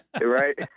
Right